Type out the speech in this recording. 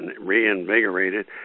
reinvigorated